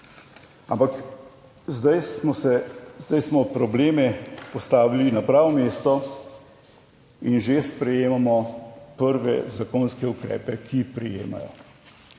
se, zdaj smo probleme postavili na pravo mesto in že sprejemamo prve zakonske ukrepe, ki prejemajo.